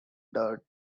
dirt